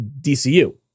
DCU